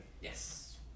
Yes